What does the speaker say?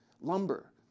Lumber